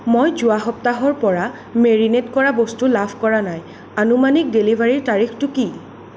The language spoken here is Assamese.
মই যোৱা সপ্তাহৰ পৰা মেৰিনেট কৰা বস্তু লাভ কৰা নাই আনুমানিক ডেলিভাৰিৰ তাৰিখটো কি